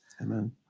Amen